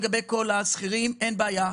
לגבי כל השכירים אין בעיה,